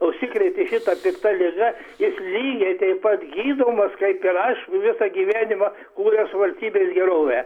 užsikrėtė šita pikta liga jis lygiai taip pat gydomas kaip ir aš visą gyvenimą kūręs valstybės gerovę